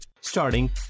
Starting